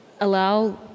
allow